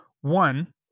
one